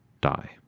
die